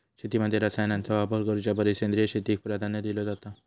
शेतीमध्ये रसायनांचा वापर करुच्या परिस सेंद्रिय शेतीक प्राधान्य दिलो जाता